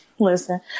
Listen